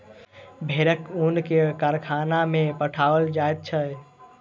भेड़क ऊन के कारखाना में पठाओल जाइत छै